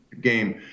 game